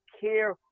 care